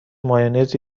مایونز